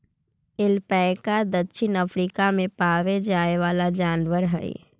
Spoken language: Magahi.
ऐल्पैका दक्षिण अफ्रीका में पावे जाए वाला जनावर हई